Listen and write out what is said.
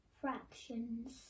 Fractions